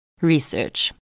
research